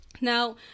now